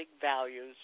values